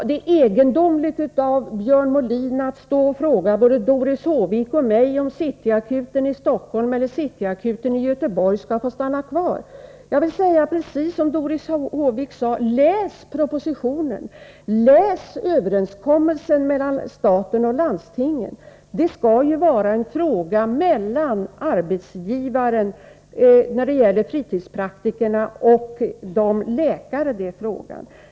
Det är egendomligt av Björn Molin att fråga Doris Håvik och mig om City Akuten i Stockholm och Göteborg skall få finnas kvar. Jag vill säga precis det som Doris Håvik sade: Läs propositionen! Läs överenskommelsen mellan staten och landstingen! Frågan om fritidspraktikerna skall ju vara en sak mellan arbetsgivaren och de berörda läkarna.